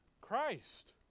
Christ